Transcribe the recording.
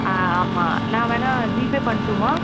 ஆ ஆமாம் நான் வேணா ஜிபே பண்ணட்டுமா